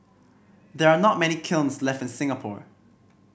there are not many kilns left in Singapore